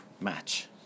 match